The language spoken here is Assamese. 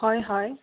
হয় হয়